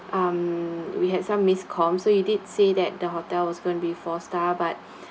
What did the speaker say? um we had some miss com so you did say that the hotel was going to be four star but